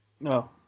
No